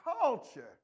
culture